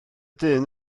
dyn